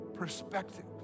Perspective